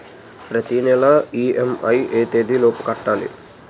ప్రతినెల ఇ.ఎం.ఐ ఎ తేదీ లోపు కట్టాలి?